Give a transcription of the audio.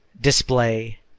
display